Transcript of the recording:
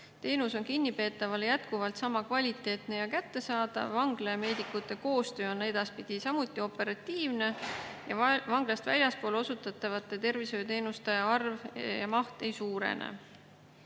teenus on kinnipeetavale jätkuvalt sama kvaliteetne ja kättesaadav, vangla ja meedikute koostöö on edaspidi samuti operatiivne ning vanglast väljaspool osutatavate tervishoiuteenuste arv ega maht ei suurene.